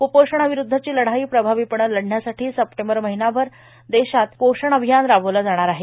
कुपोषणा विरुद्धची लढाई प्रभावीपणे लढण्यासाठी सप्टेंबर महिनाभर देशात पोषण अभियान राबवलं जाणार आहे